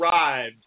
arrived